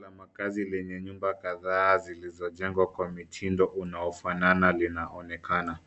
La makazi lenye nyumba kataa zilizo jengwa kwa mitindo unaofanaa linaonekana.